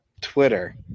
Twitter